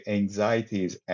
anxieties